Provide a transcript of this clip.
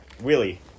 Willie